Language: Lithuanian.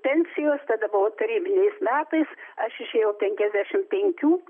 pensijos tada buvo tarybiniais metais aš išėjau penkiasdešimt penkių